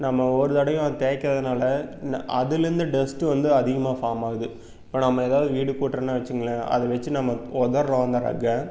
நம்ம ஒவ்வொரு தடவையும் அது தேய்க்கறதுனால இந்த அதுலேருந்து டஸ்ட் வந்து அதிகமாக ஃபார்ம் ஆகுது இப்போ நம்ம ஏதாவது வீடு கூட்டுறேன்னு வெச்சுங்களேன் அதை வெச்சு நம்ம உதர்றோம் அந்த ரஃகை